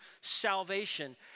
salvation